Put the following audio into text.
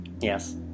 Yes